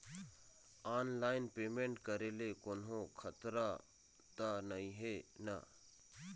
Online payment करे ले कोन्हो खतरा त नई हे न?